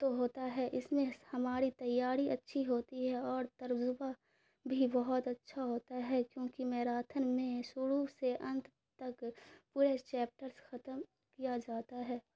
تو ہوتا ہے اس میں ہماری تیاری اچھی ہوتی ہے اور تجربہ بھی بہت اچھا ہوتا ہے کیونکہ میراتھن میں شروع سے انت تک پورے چیپٹرس ختم کیا جاتا ہے